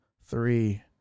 three